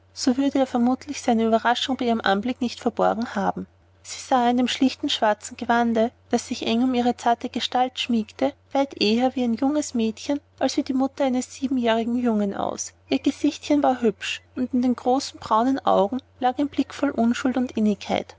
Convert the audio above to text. so würde er vermutlich seine ueberraschung bei ihrem anblick nicht verborgen haben sie sah in dem schlichten schwarzen gewande das sich eng um ihre zarte gestalt schmiegte weit eher wie ein junges mädchen als wie die mutter eines siebenjährigen jungen aus ihr gesichtchen war hübsch und in den großen braunen augen lag ein blick voll unschuld und innigkeit